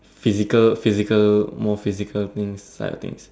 physical physical more physical things type of thing